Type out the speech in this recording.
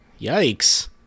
Yikes